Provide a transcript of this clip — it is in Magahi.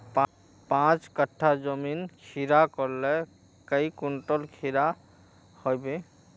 पाँच कट्ठा जमीन खीरा करले काई कुंटल खीरा हाँ बई?